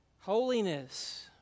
Holiness